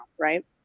right